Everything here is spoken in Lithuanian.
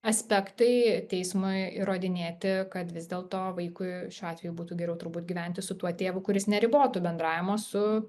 aspektai teismui įrodinėti kad vis dėlto vaikui šiuo atveju būtų geriau turbūt gyventi su tuo tėvu kuris neribotų bendravimo su